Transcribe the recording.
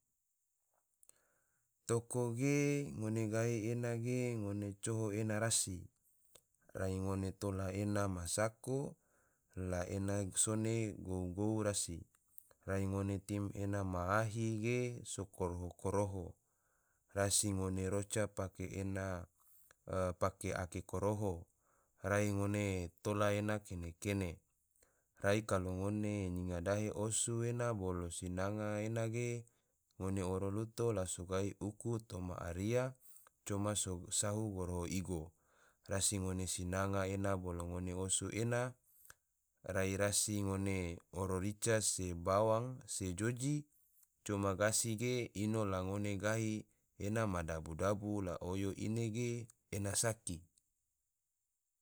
Toko ge, ngone gahi ena ge, coho ena rasi, rai ngone tola ena ma sako, la ena sone gou-gou rasi, rai ngone tim ena ma ahi ge so koroho-koroho, rasi ngone roca pake ena, pake ake koroho, rai ngone tola ena kene-kene, rai kalo ngone nyinga dahe osu ena bolo sinanga ena ge, ngone oro luto la so gahi uku toma aria, coma so sahu goroho igo, rasi ngone sinanga ena bolo ngone osu ena, rai rasi ngone oro rica se bawang, se joji, coma gasi ge ino la ngone gahi ena ma dabu-dabu la oyo ine ge ena saki